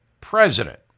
president